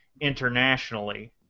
internationally